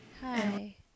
Hi